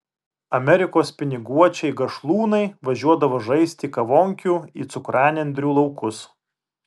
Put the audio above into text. amerikos piniguočiai gašlūnai važiuodavo žaisti kavonkių į cukranendrių laukus